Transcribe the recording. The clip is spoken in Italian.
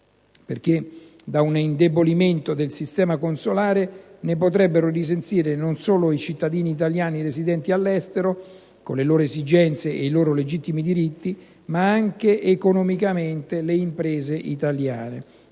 Di un indebolimento del sistema consolare, infatti, ne potrebbero risentire non solo i cittadini italiani residenti all'estero, con le loro esigenze e i loro legittimi diritti, ma anche economicamente le imprese italiane,